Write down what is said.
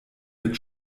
mit